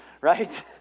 right